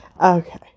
Okay